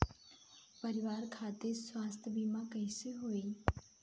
परिवार खातिर स्वास्थ्य बीमा कैसे होई?